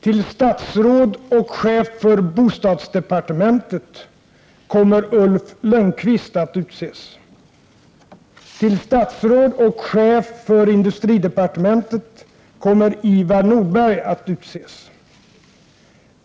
Till statsråd och chef för bostadsdepartementet kommer Ulf Lönnqvist att utses. Till statsråd och chef för industridepartementet kommer Ivar Nordberg att utses.